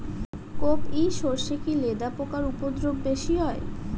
কোপ ই সরষে কি লেদা পোকার উপদ্রব বেশি হয়?